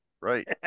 Right